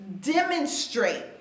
demonstrate